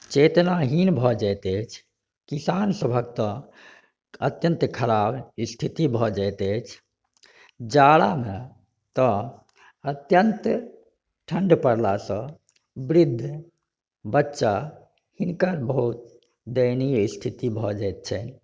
चेतनाहीन भऽ जाइत अछि किसान सभक तऽ अत्यन्त ख़राब स्थिति भऽ जाइत अछि जाड़ामे तऽ अत्यन्त ठण्ड पड़लासँ वृद्ध बच्चा हुनका बहुत दयनीय स्थिति भऽ जाइत छनि